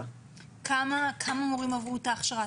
כמה מורים עברו את ההכשרה?